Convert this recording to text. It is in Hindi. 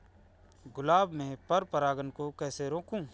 गुलाब में पर परागन को कैसे रोकुं?